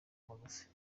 magufi